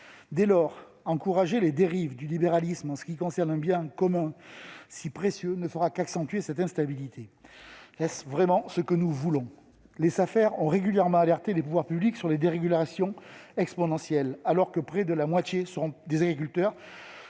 Dès lors, encourager les dérives du libéralisme en ce qui concerne un bien commun si précieux ne fera qu'accentuer cette instabilité. Est-ce vraiment ce que nous voulons ? Les Safer ont régulièrement alerté les pouvoirs publics sur les conséquences d'une dérégulation exponentielle, alors que près de la moitié des agriculteurs